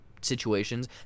situations